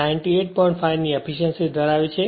5 ની એફીશ્યંસી ધરાવે છે